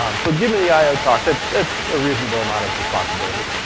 um so giving the i o talk, that's that's a reasonable amount of responsibility.